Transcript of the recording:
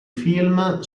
film